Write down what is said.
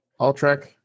Altrek